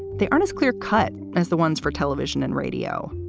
they aren't as clear cut as the ones for television and radio.